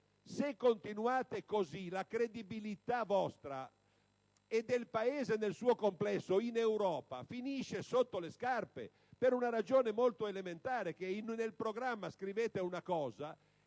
Se continuate così, la credibilità vostra e del Paese nel suo complesso in Europa finisce sotto le scarpe, per una ragione molto elementare: nel programma scrivete una cosa